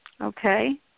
Okay